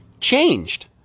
changed